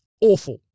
Awful